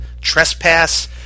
Trespass